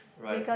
right